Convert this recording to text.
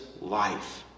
life